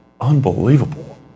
unbelievable